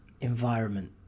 environment